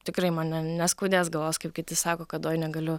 tikrai man ne neskaudės galvos kaip kiti sako kad oi negaliu